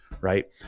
Right